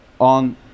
on